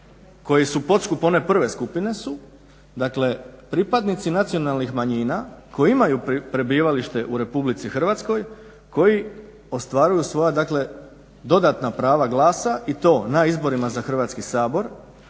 koji su podskup one prve skupine su, dakle pripadnici nacionalnih manjina koji imaju prebivalište u Republici Hrvatskoj koji ostvaruju svoja, dakle dodatna prava glasa i to na izborima za Hrvatski sabor,